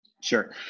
Sure